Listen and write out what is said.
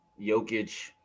Jokic